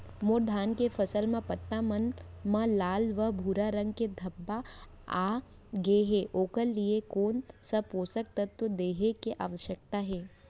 मोर धान के फसल म पत्ता मन म लाल व भूरा रंग के धब्बा आप गए हे ओखर लिए कोन स पोसक तत्व देहे के आवश्यकता हे?